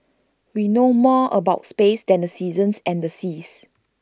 we know more about space than the seasons and the seas